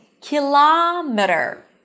kilometer